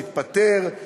שהתפטר,